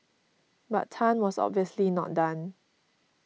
but Tan was obviously not done